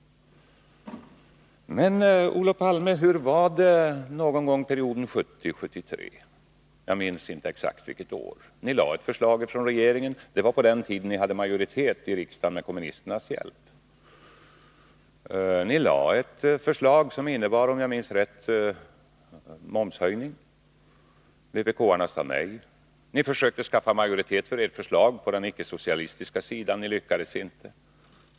Men, Olof Palme, hur var det någon gång under perioden 1970-1973? — jag minns inte exakt vilket år. Det var på den tiden då ni hade majoritet i riksdagen med kommunisternas hjälp. Ni lade fram ett förslag från regeringen, som innebar momshöjning — om jag minns rätt. Vpk-arna sade nej. Ni försökte skaffa majoritet för ert förslag på den icke-socialistiska sidan, men ni lyckades inte.